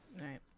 Right